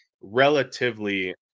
relatively